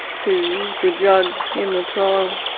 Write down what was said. to the judge in the trial